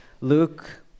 Luke